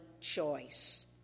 choice